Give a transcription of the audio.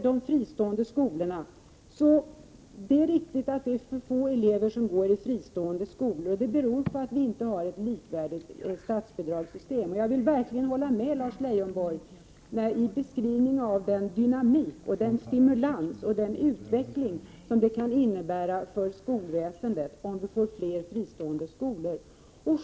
Det är riktigt att det går för få elever i de fristående skolorna, men det beror på att vi inte har ett likvärdigt statsbidragssystem. Jag vill verkligen hålla med Lars Leijonborg i beskrivningen av den dynamik och den stimulans och den utveckling som det kan innebära för skolväsendet om vi får fler fristående skolor.